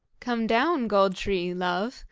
come down, gold-tree, love,